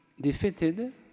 defeated